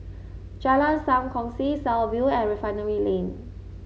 Jalan Sam Kongsi South View and Refinery Lane